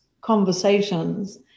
conversations